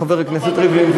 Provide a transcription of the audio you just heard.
חבר הכנסת ריבלין.